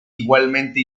igualmente